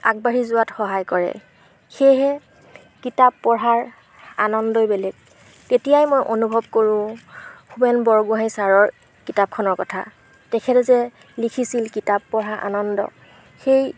আগবাঢ়ি যোৱাত সহায় কৰে সেয়েহে কিতাপ পঢ়াৰ আনন্দই বেলেগ তেতিয়াই মই অনুভৱ কৰোঁ হোমেন বৰগোঁহাঞি ছাৰৰ কিতাপখনৰ কথা তেখেতে যে লিখিছিল কিতাপ পঢ়া আনন্দ সেই